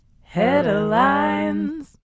Headlines